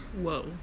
Whoa